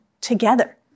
together